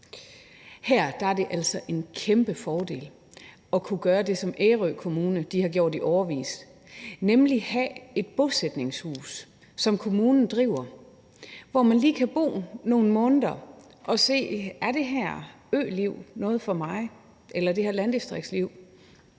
Her er det altså en kæmpe fordel at kunne gøre det, som Ærø Kommune har gjort i årevis, nemlig have et bosætningshus, som kommunen driver, hvor man lige kan bo nogle måneder og se, om det her øliv eller landdistriktsliv